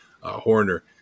Horner